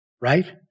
right